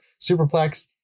superplex